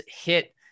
hit